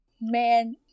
Man